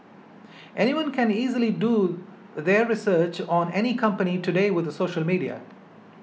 anyone can easily do their research on any company today with social media